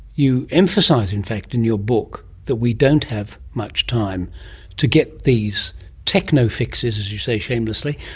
you emphasise in fact in your book that we don't have much time to get these techno-fixes, as you say shamelessly,